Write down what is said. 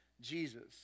Jesus